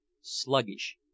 sluggish